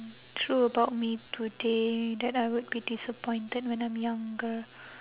true about me today that I would be disappointed when I'm younger